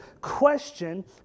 question